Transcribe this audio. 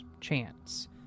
Chance